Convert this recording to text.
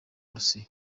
burusiya